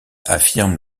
affirment